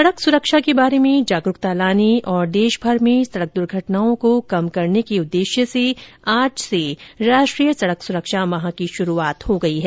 सड़क सुरक्षा के बारे में जागरूकता लाने और देशभर में सड़क दुर्घटनाओं को कम करने के लिए आज से राष्ट्रीय सड़क सुरक्षा माह की शुरूआत हो गई है